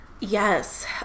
yes